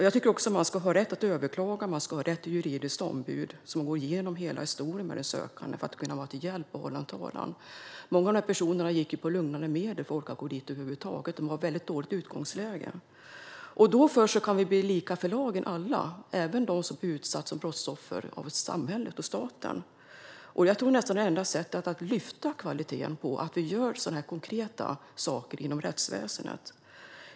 Jag tycker också att människor ska ha rätt att överklaga och rätt till ett juridiskt ombud som går igenom hela historien med den sökande för att kunna vara till hjälp med att föra en talan. Många av dessa personer gick på lugnande medel för att orka gå dit över huvud taget. De har ett väldigt dåligt utgångsläge. Först då kan vi alla bli lika inför lagen, även de som utsatts som brottsoffer av samhället och staten. Jag tror att nästan det enda sättet att lyfta kvaliteten är att vi gör sådana konkreta saker inom rättsväsendet.